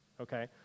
okay